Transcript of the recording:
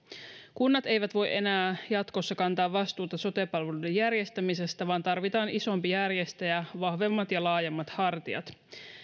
kunnat eivät voi enää jatkossa kantaa vastuuta sote palveluiden järjestämisestä vaan tarvitaan isompi järjestäjä vahvemmat ja laajemmat hartiat